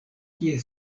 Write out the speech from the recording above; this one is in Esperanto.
kie